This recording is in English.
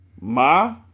ma